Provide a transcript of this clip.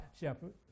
shepherd